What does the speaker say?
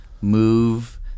move